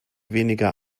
weniger